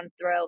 throw